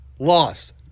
Loss